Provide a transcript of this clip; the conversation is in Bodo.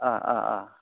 अ अ अ